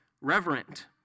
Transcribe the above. reverent